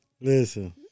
Listen